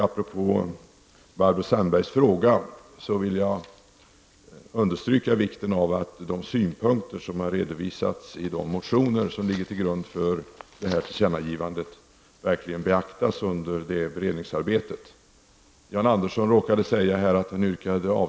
Apropå Barbro Sandbergs fråga vill jag understryka vikten av att de synpunkter som har redovisats i de motioner som ligger till grund för tillkännagivandet verkligen beaktas under beredningsarbetet.